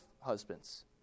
husbands